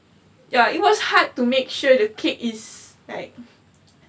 ya it was hard to make sure to cake is like